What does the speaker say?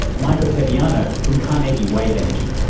mike ottaviano from carnegie wave energy